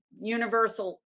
universal